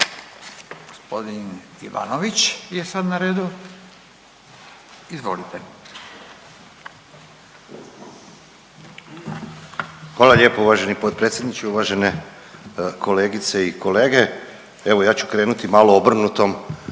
Gospodin Ivanović je sad na redu. Izvolite. **Ivanović, Goran (HDZ)** Hvala lijep uvaženi potpredsjedniče. Uvažene kolegice i kolege. Evo ja ću krenuti malo obrnutom